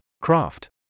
craft